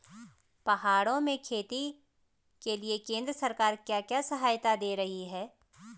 पहाड़ों में खेती के लिए केंद्र सरकार क्या क्या सहायता दें रही है?